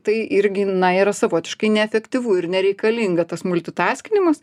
tai irgi na yra savotiškai neefektyvu ir nereikalinga tas multitaskinimas